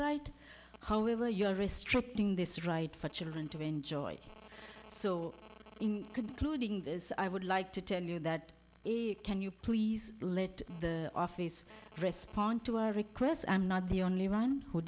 right however you are restricting this right for children to enjoy so in concluding this i would like to tell you that can you please let the office respond to our requests i'm not the only one who